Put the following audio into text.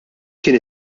kien